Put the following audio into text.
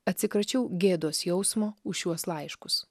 atsikračiau gėdos jausmo už šiuos laiškus